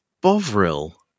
Bovril